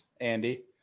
andy